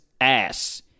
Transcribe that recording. ass